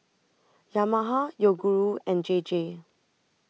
Yamaha Yoguru and J J